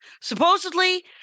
Supposedly